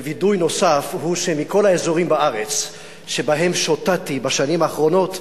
ווידוי נוסף הוא שמכל האזורים בארץ שבהם שוטטתי בשנים האחרונות,